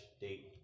date